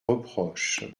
reproche